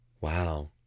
Wow